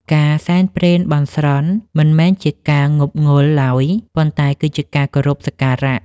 ការសែនព្រេនបន់ស្រន់ មិនមែនជាការងប់ងល់ឡើយ ប៉ុន្តែគឺជាការគោរពសក្ការៈ។